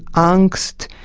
angst,